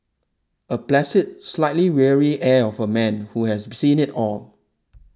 a placid slightly weary air of a man who has seen it all